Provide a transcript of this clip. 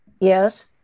Yes